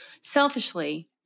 Selfishly